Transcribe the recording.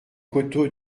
côteaux